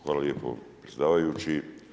Hvala lijepo predsjedavajući.